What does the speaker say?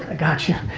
ah got ya.